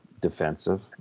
defensive